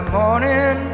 morning